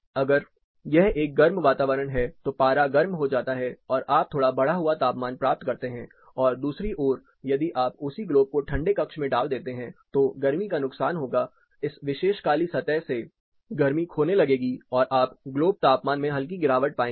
अगर यह एक गर्म वातावरण है तो पारा गर्म हो जाता है और आप थोड़ा बढ़ा हुआ तापमान प्राप्त करते हैं और दूसरी ओर यदि आप उसी ग्लोब को ठंडे कक्ष में डाल देते हैं तो गर्मी का नुकसान होगा इस विशेष काली सतह से गर्मी खोने लगेगी और आप ग्लोब तापमान में हल्की गिरावट पाएंगे